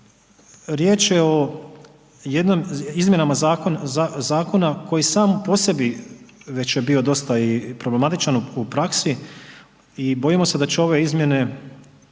riječ je o izmjenama zakona koji sam po sebi već je bio dosta i problematičan u praksi i bojimo se da će ove izmjene